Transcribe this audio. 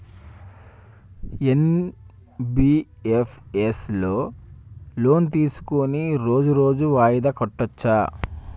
NBFS లో loan తీస్కొని రోజు రోజు వాయిదా కట్టచ్ఛా?